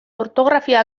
ortografia